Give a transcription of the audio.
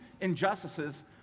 injustices